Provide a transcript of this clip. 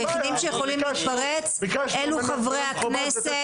היחידים שיכולים להתפרץ אלו חברי הכנסת.